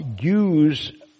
use